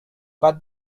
but